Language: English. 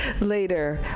later